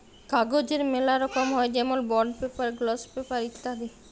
কাগজের ম্যালা রকম হ্যয় যেমল বন্ড পেপার, গ্লস পেপার ইত্যাদি